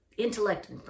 Intellect